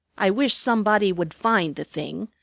i wish somebody would find the thing.